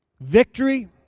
victory